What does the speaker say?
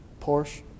Porsche